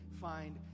find